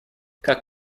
как